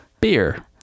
beer